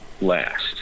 last